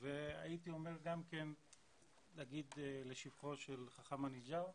והייתי אומר גם כן להגיד לשבחו של חכם אניג'ר,